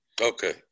Okay